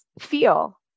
feel